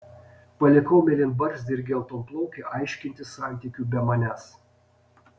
palikau mėlynbarzdį ir geltonplaukę aiškintis santykių be manęs